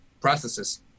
processes